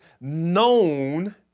known